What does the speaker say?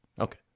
Okay